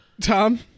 tom